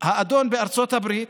האדון בארצות הברית